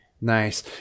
Nice